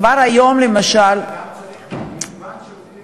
צריך מגוון שירותים.